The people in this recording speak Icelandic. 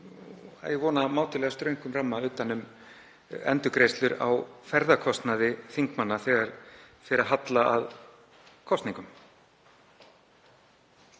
að ég vona mátulega ströngum ramma utan um endurgreiðslur á ferðakostnaði þingmanna þegar fer að halla að kosningum.